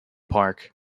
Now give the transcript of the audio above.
park